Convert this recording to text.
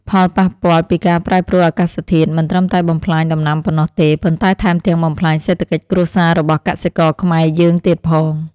ផលប៉ះពាល់ពីការប្រែប្រួលអាកាសធាតុមិនត្រឹមតែបំផ្លាញដំណាំប៉ុណ្ណោះទេ ប៉ុន្តែថែមទាំងបំផ្លាញសេដ្ឋកិច្ចគ្រួសាររបស់កសិករខ្មែរយើងទៀតផង។